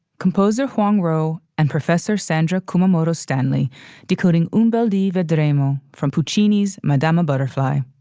composer huang ro and professor sandro kumamoto stanly decoding unbeliever draino from puccini's madame ah butterfly.